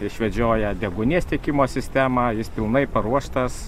išvedžioję deguonies tiekimo sistemą jis pilnai paruoštas